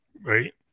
right